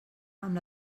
amb